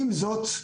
עם זאת,